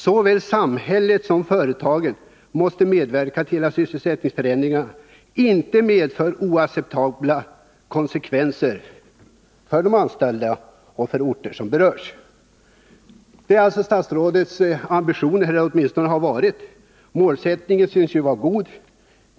Såväl samhället som företagen måste medverka till att sysselsättningsförändringar inte medför oacceptabla konsekvenser för de anställda och för de orter som berörs.” Det är statsrådets ambitioner — eller har åtminstone varit. Målsättningen synes vara god.